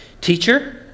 Teacher